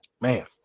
man